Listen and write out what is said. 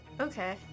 Okay